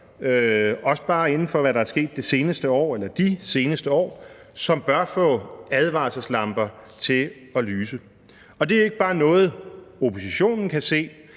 også bare inden for det, der er sket inden for det seneste år eller de seneste år, som bør få advarselslamperne til at lyse. Det er ikke bare noget, oppositionen kan se.